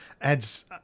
adds